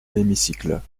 l’hémicycle